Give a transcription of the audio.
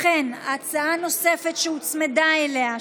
הצעה נוספת שהוצמדה אליה,